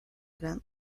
grand